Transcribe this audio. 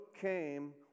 came